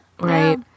Right